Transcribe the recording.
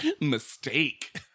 mistake